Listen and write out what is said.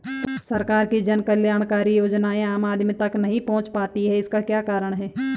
सरकार की जन कल्याणकारी योजनाएँ आम आदमी तक नहीं पहुंच पाती हैं इसका क्या कारण है?